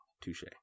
Touche